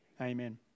Amen